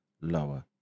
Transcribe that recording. lower